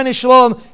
shalom